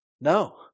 no